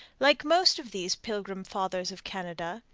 like most of these pilgrim fathers of canada,